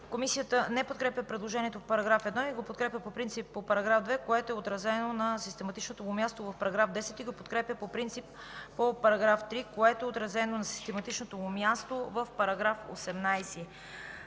Комисията не подкрепя предложението по § 1, подкрепя го по принцип по § 2, което е отразено на систематичното му място в § 10 и го подкрепя по принцип по § 3, което е отразено на систематичното му място в § 18.